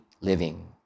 living